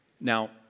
Now